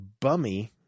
bummy